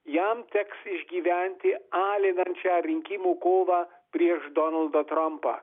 jam teks išgyventi alinančią rinkimų kovą prieš donaldą trampą